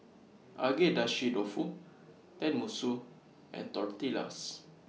Agedashi Dofu Tenmusu and Tortillas